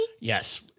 Yes